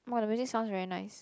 (wah) the music sounds very nice